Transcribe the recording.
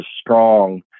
strong